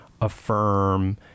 affirm